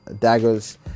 daggers